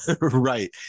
Right